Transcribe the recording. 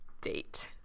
date